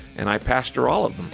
and i pastor all of them